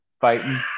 fighting